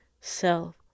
self